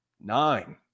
Nine